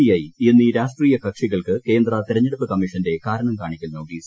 I എന്നീ രാഷ്ട്രീയ കക്ഷികൾക്ക് കേന്ദ്ര തെരഞ്ഞെടുപ്പ് കമ്മീഷന്റെ കാരണം കാണിക്കൽ നോട്ടീസ്